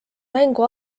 mängu